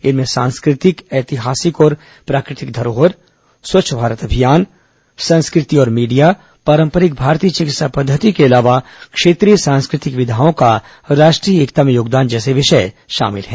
इनमें सांस्कृतिक ऐतिहासिक और प्राकृतिक धरोहर स्वच्छ भारत अभियान संस्कृति और मीडिया पारम्परिक भारतीय चिकित्सा पद्धति के अलावा क्षेत्रीय सांस्कृतिक विघाओं का राष्ट्रीय एकता में योगदान जैसे विषय शामिल हैं